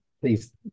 please